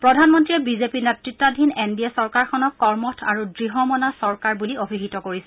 প্ৰধানমন্ত্ৰীয়ে বিজেপি নেতৃত্বাধীন N D A চৰকাৰখনক কৰ্মঠ আৰু দৃঢ়মনা চৰকাৰ বুলি অভিহিত কৰিছে